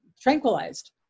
tranquilized